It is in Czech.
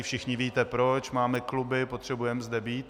Všichni víte proč, máme kluby, potřebujeme zde být.